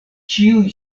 ĉiuj